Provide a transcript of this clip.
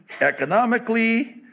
economically